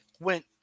went